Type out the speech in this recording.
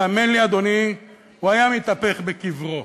האמן לי, אדוני, הוא היה מתהפך בקברו.